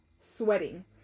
sweating